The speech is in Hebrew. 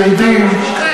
יהודים,